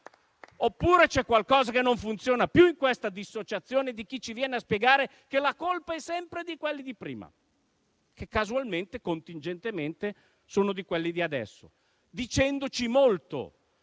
oppure c'è qualcosa che non funziona più in questa dissociazione di chi ci viene a spiegare che la colpa è sempre di quelli di prima, che casualmente, contingentemente sono quelli di adesso, dicendoci molto